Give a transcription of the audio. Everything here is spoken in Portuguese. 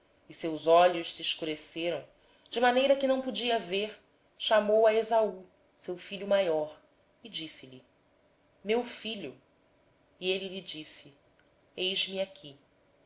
enfraqueciam os olhos de maneira que não podia ver chamou a esaú seu filho mais velho e disse-lhe meu filho ele lhe respondeu eis-me aqui